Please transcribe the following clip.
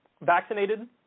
Vaccinated